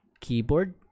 keyboard